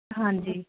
ਹਾਂਜੀ